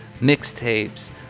mixtapes